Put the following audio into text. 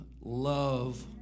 love